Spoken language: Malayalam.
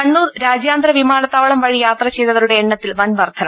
കണ്ണൂർ രാജ്യാന്തര വിമാനത്താവളം വഴി യാത്ര ചെയ്തവ രുടെ എണ്ണത്തിൽ വൻ വർധന